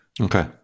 Okay